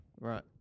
right